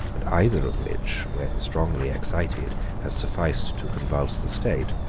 and either of which, when strongly excited, has sufficed to convulse the state,